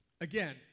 again